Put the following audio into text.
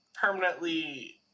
permanently